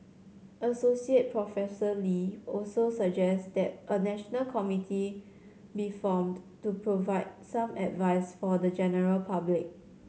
Associate Professor Lee also suggests that a national committee be formed to provide some advice for the general public